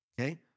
Okay